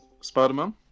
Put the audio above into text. Spider-Man